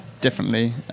differently